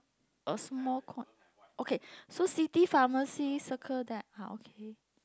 a small coin okay so city pharmacy circle that okay